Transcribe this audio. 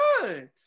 good